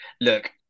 look